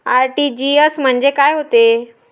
RTGS म्हंजे काय होते?